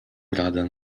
radę